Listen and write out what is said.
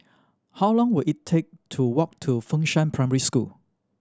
how long will it take to walk to Fengshan Primary School